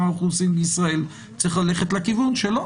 האוכלוסין בישראל צריך ללכת לכיוון שלו.